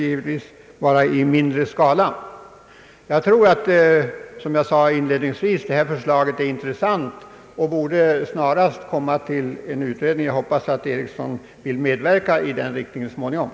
Som jag sade inledningsvis tror jag att det föreliggande förslaget är intressant och snarast borde bli föremål för en utredning. Jag hoppas att herr John Ericsson så småningom vill medverka till det.